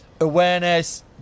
awareness